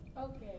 Okay